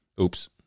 Oops